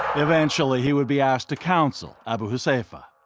eventually, he would be asked to counsel abu huzaifa.